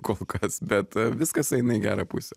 kol kas bet viskas eina į gerą pusę